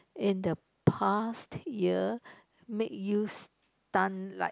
in the past ya made you stunned like